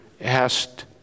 asked